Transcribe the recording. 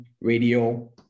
radio